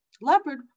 leopard